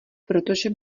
protože